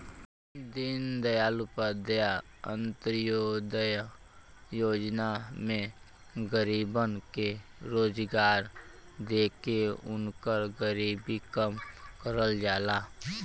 दीनदयाल उपाध्याय अंत्योदय योजना में गरीबन के रोजगार देके उनकर गरीबी कम करल जाला